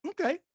Okay